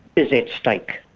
is at stake.